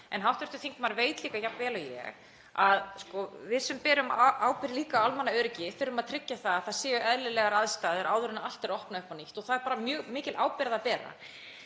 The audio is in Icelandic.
gera það. Hv. þingmaður veit líka jafn vel og ég að við sem berum ábyrgð á almannaöryggi þurfum að tryggja að það séu eðlilegar aðstæður áður en allt er opnað upp á nýtt og það er bara mjög mikil ábyrgð að bera.